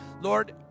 Lord